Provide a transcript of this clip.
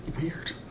weird